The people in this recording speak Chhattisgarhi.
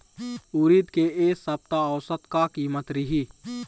उरीद के ए सप्ता औसत का कीमत रिही?